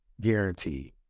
guaranteed